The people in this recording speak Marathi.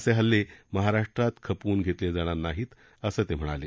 असे हल्ले महाराष्ट्रात खपवून घेतले जाणार नाहीत असं ते म्हणाले